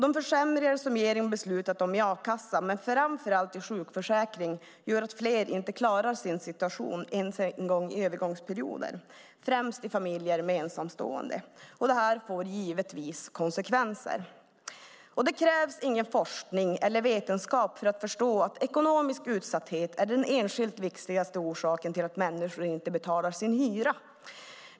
De försämringar som regeringen beslutat om i a-kassan och framför allt i sjukförsäkringen gör att fler inte klarar sin situation, inte ens i övergångsperioder - främst i familjer med ensamstående. Det får givetvis konsekvenser. Det krävs ingen forskning eller vetenskap för att förstå att ekonomisk utsatthet är den enskilt viktigaste orsaken till att människor inte betalar sin hyra.